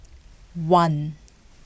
one